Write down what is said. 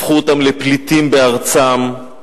הפכו אותם לפליטים בארצם.